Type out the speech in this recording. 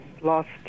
lost